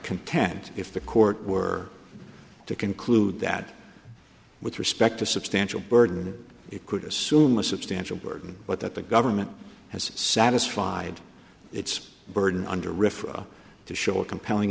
content if the court were to conclude that with respect to substantial burden that it could assume a substantial burden but that the government has satisfied its burden under rif to show a compelling